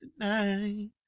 tonight